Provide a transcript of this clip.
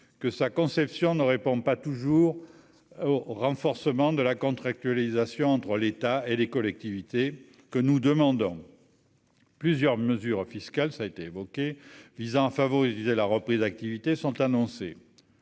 que sa conception ne répondent pas toujours au renforcement de la contractualisation entre l'État et les collectivités que nous demandons, plusieurs mesures fiscales, ça a été évoqué, visant à favoriser la reprise d'activité sont annoncées